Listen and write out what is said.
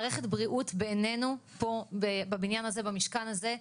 מערכת בריאות בעינינו פה בבניין הזה במשכן הזה,